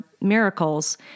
Miracles